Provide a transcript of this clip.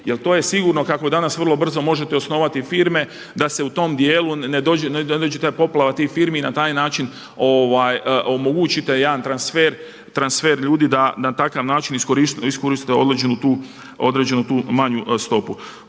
Jer to je sigurno kako danas vrlo brzo možete osnovati firme da se u tom djelu ne dođe ta poplava tih firmi i na taj način omogućite jedan transfer ljudi da na takav način iskoriste određenu tu manju stopu.